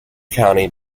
county